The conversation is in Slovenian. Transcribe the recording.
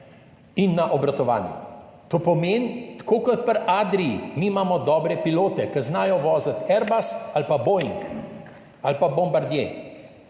in obratovanju. To pomeni, tako kot pri Adrii, mi imamo dobre pilote, ki znajo voziti Airbus ali pa Boeing ali pa Bombardier,